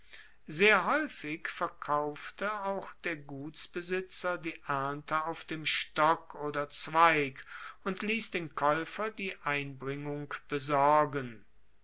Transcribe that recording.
sehr haeufig verkaufte auch der gutsbesitzer die ernte auf dem stock oder zweig und liess den kaeufer die einbringung besorgen